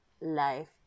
life